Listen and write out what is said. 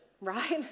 right